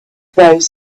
those